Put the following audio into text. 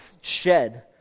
shed